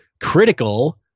critical